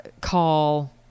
call